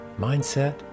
mindset